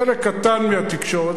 חלק קטן מהתקשורת,